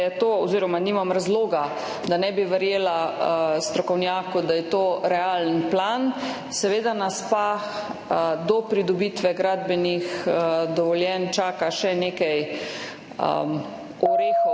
Jaz nimam razloga, da ne bi verjela strokovnjaku, da je to realen plan. Seveda nas pa do pridobitve gradbenih dovoljenj čaka še nekaj orehov,